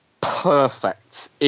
perfect